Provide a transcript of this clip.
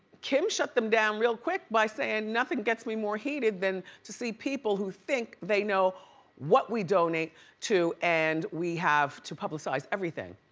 kim shut them down real quick by saying, nothing gets me more heated than to see people who think they know what we donate to, and we have to publicize everything.